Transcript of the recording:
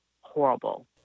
horrible